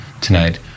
tonight